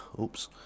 oops